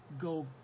go